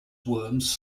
worms